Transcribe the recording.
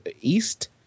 East